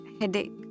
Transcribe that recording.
headache